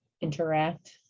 interact